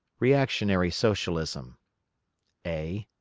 reactionary socialism a.